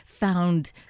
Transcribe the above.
found